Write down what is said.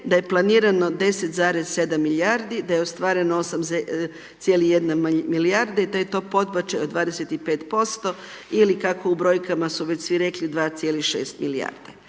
da je planirano 10,7 milijardi, da je ostvareno 8,1 milijarda i da je to podbačaj od 25% ili kako u brojkama su već svi rekli 2,6 milijarde.